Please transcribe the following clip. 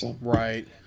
Right